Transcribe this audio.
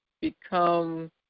become